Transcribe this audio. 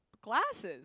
glasses